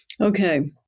Okay